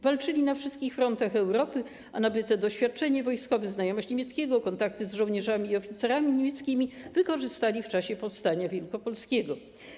Walczyli na wszystkich frontach Europy, a nabyte doświadczenie wojskowe, znajomość języka niemieckiego, kontakty z żołnierzami i oficerami niemieckimi wykorzystali w czasie powstania wielkopolskiego.